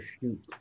shoot